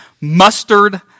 mustard